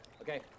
Okay